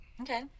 Okay